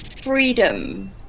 freedom